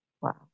Wow